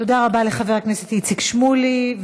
תודה רבה לחבר הכנסת איציק שמולי.